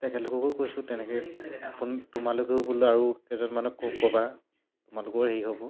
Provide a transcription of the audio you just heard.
তেখেতলোককো কৈছোঁ তেনেকৈ আপোন তোমালোকেও বোলো আৰু কেইজনমানক ক'বা তোমালোকৰো হেৰি হ'ব